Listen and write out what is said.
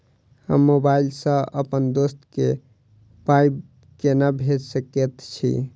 हम मोबाइल सअ अप्पन दोस्त केँ पाई केना भेजि सकैत छी?